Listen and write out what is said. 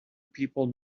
people